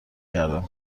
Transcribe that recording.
کردم